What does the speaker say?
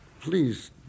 please